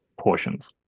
portions